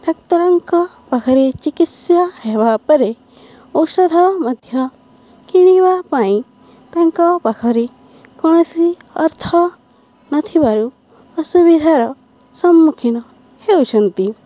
ଡାକ୍ତରଙ୍କ ପାଖରେ ଚିକିତ୍ସା ହେବା ପରେ ଔଷଧ ମଧ୍ୟ କିଣିବା ପାଇଁ ତାଙ୍କ ପାଖରେ କୌଣସି ଅର୍ଥ ନଥିବାରୁ ଅସୁବିଧାର ସମ୍ମୁଖୀନ ହେଉଛନ୍ତି